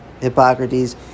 hippocrates